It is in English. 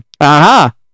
aha